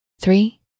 three